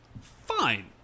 Fine